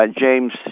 James